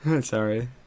Sorry